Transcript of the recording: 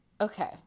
Okay